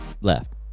Left